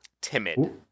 Timid